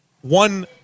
one